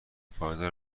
پایدار